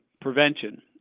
prevention